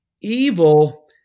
Evil